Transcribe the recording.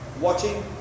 watching